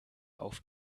auf